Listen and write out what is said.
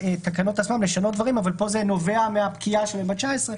התקנות עצמן ולשנות דברים אבל כאן זה נובע מהפקיעה של התקנות ב-19 לחודש.